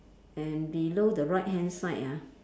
and below the right hand side ah